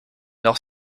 nord